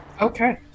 Okay